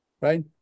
right